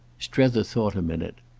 strether thought a minute.